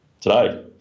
today